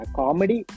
comedy